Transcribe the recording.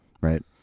right